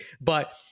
but-